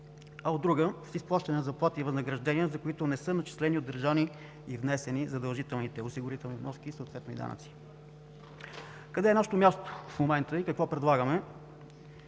а от друга, с изплащане на заплати и възнаграждения, за които не са начислени, удържани и внесени задължителните осигурителни вноски, съответно и данъци. Къде е нашето място в момента и какво предлагаме?